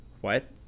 What